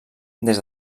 des